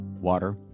water